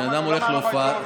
בן אדם הולך להופעה,